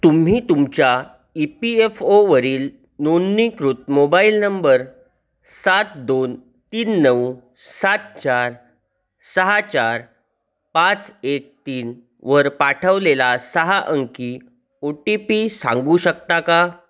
तुम्ही तुमच्या E P F ओवरील नोंदणीकृत मोबाईल नंबर सात दोन तीन नऊ सात चार सहा चार पाच एक तीन वर पाठवलेला सहा अंकी ओ टी पी सांगू शकता का